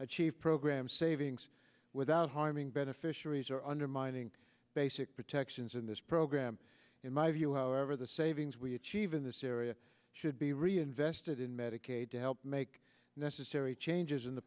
achieve program savings without harming beneficiaries are undermining basic protections in this program in my view however the savings we achieve in this area should be reinvested in medicaid to help make necessary changes in the